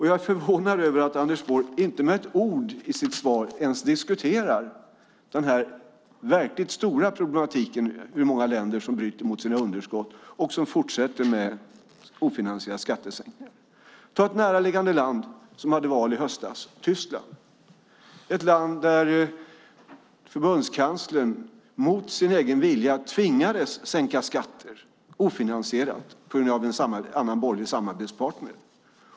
Jag är förvånad över att Anders Borg inte med ett ord i sitt svar ens diskuterar den verkligt stora problematiken med att många länder bryter mot reglerna om underskott och fortsätter med ofinansierade skattesänkningar. Ta ett näraliggande land som hade val i höstas, Tyskland, ett land där förbundskanslern mot sin egen vilja tvingades sänka skatter ofinansierat på grund av en annan borgerlig samarbetspartner.